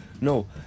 No